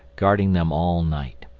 guarding them all night.